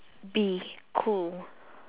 be cool